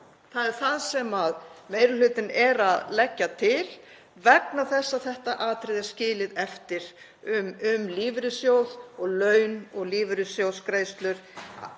Það er það sem meiri hlutinn er að leggja til vegna þess að þetta atriði er skilið eftir um að lífeyrissjóður og laun og lífeyrissjóðsgreiðslur